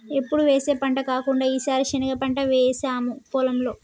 ఎప్పుడు వేసే పంట కాకుండా ఈసారి శనగ పంట వేసాము పొలంలో